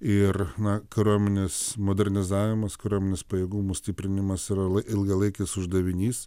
ir na kariuomenės modernizavimas kariuomenės pajėgumų stiprinimas yra ilgalaikis uždavinys